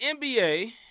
NBA